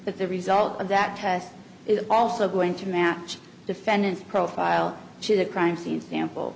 the result of that test is also going to match defendant's profile sheet a crime scene sample